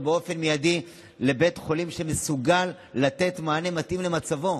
באופן מיידי לבית חולים שמסוגל לתת מענה מתאים למצבו.